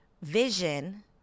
Vision